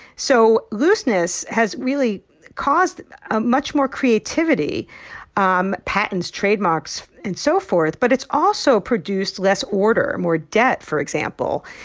so looseness has really caused much more creativity um patents, trademarks and so forth. but it's also produced less order more debt, for example.